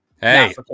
Hey